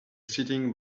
sitting